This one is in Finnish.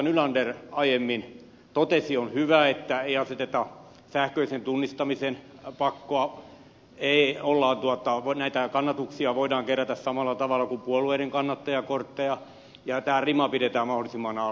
nylander aiemmin totesi on hyvä että ei aseteta sähköisen tunnistamisen pakkoa näitä kannatuksia voidaan kerätä samalla tavalla kuin puolueiden kannattajakortteja ja tämä rima pidetään mahdollisimman alhaalla